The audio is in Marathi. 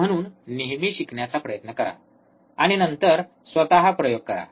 म्हणून नेहमी शिकण्याचा प्रयत्न करा आणि नंतर स्वतः प्रयोग करा